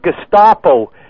Gestapo